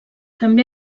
també